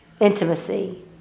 intimacy